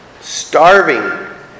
starving